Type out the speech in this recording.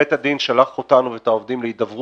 בית הדין שלח אותנו ואת העובדים להידברות.